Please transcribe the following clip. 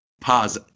Pause